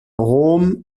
rom